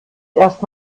erst